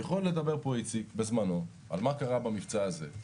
יכול לדבר פה איציק על מה קרה במבצע הזה.